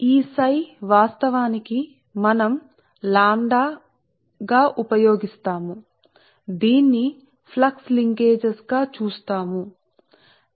కాబట్టి ఈ Ѱ వాస్తవానికి మనం లాంబ్డాను ఉపయోగిస్తాము దీన్ని ఫ్లక్స్ లింకేజీలు గా చూడండి